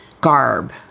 garb